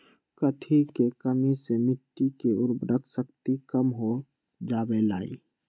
कथी के कमी से मिट्टी के उर्वरक शक्ति कम हो जावेलाई?